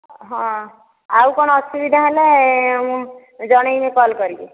ହଁ ଆଉ କ'ଣ ଅସୁବିଧା ହେଲେ ଜଣେଇବେ କଲ୍ କରିକି